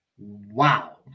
wow